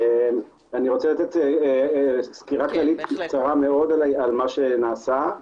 אני רוצה לתת סקירה כללית קצרה מאוד על מה שנעשה,